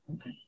okay